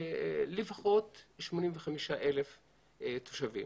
מתגוררים בהם לפחות 85,000 תושבים.